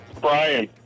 Brian